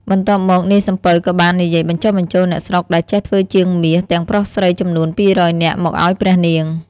បន្ទាប់មក នាយសំពៅក៏បាននិយាយបញ្ចុះបញ្ចូលអ្នកស្រុកដែលចេះធ្វើជាងមាស ទាំងប្រុសស្រីចំនួន ២០០ នាក់ មកអោយព្រះនាង។